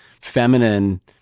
feminine